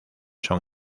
son